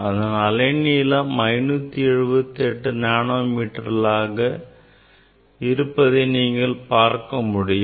அதன் அலை நீளம் 578 நானோ மீட்டர்கள் இருப்பதை நீங்கள் பார்க்க முடியும்